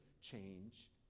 change